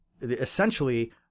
essentially